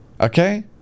Okay